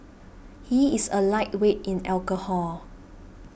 he is a lightweight in alcohol